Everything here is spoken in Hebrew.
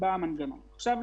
מה היא